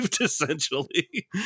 essentially